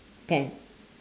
pant